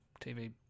TV